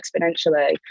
exponentially